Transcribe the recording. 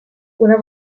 una